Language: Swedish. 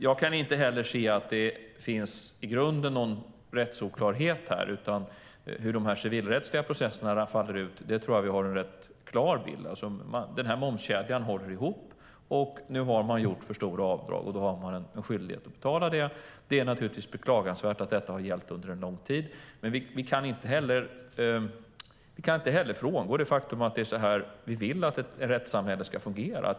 Jag kan inte heller se att det i grunden finns någon rättsoklarhet här, utan jag tror att vi har en rätt klar bild av hur de här civilrättsliga processerna faller ut. Den här momskedjan håller ihop. Nu har man gjort för stora avdrag, och då har man en skyldighet att betala det. Det är naturligtvis beklagansvärt att detta har gällt under en lång tid, men vi kan inte heller frångå det faktum att det är så här vi vill att ett rättssamhälle ska fungera.